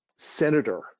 senator